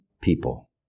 people